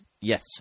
Yes